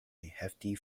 hefty